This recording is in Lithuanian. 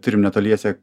turim netoliese